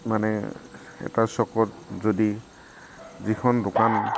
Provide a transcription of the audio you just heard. মানে এটা চকত যদি যিখন দোকান